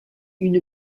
une